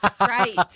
Right